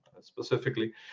specifically